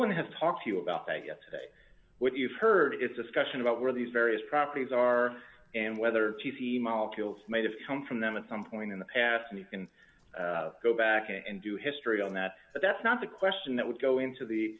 one has talked to you about that yesterday what you've heard it's discussion about where these various properties are and whether cheesy molecules may have come from them at some point in the past and you can go back and do history on that but that's not the question that would go into the